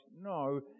No